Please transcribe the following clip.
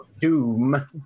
doom